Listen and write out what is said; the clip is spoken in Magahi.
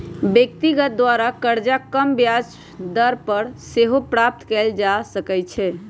व्यक्ति द्वारा करजा कम ब्याज दर पर सेहो प्राप्त कएल जा सकइ छै